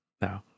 No